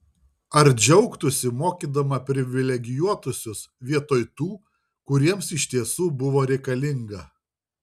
ar džiaugtųsi mokydama privilegijuotuosius vietoj tų kuriems iš tiesų buvo reikalinga